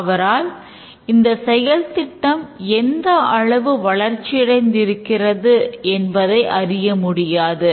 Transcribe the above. அவரால் இந்த செயல் திட்டம் எந்த அளவு வளர்ச்சியடைந்திருக்கிறது என்பதை அறிய முடியாது